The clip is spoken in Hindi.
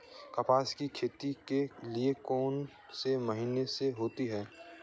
कपास की खेती के लिए कौन सा महीना सही होता है?